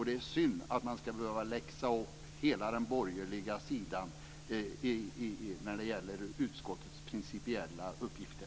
Det är synd att man ska behöva läxa upp hela den borgerliga sidan när det gäller utskottets principiella uppgifter.